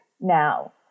now